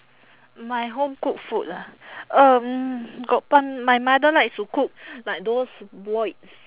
my home cooked food lah um got my mother likes to cook like those boiled s~